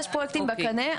יש פרויקטים בקנה.